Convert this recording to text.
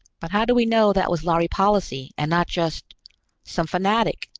but how do we know that was lhari policy, and not just some fanatic?